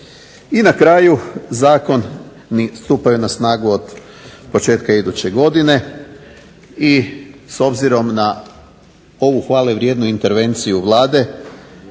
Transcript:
I na kraju, zakoni stupaju na snagu od početka iduće godine i s obzirom na ovu hvalevrijednu intervenciju Vlade,